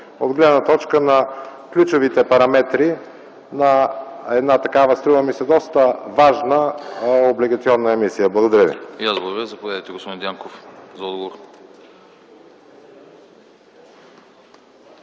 от гледна точка на ключовите параметри на една такава, струва ми се, доста важна облигационна емисия. Благодаря ви.